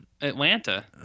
Atlanta